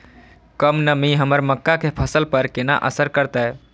कम नमी हमर मक्का के फसल पर केना असर करतय?